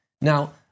now